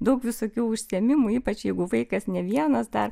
daug visokių užsiėmimų ypač jeigu vaikas ne vienas dar